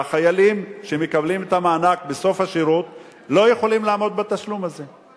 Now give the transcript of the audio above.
והחיילים שמקבלים את המענק בסוף השירות לא יכולים לעמוד בתשלום הזה.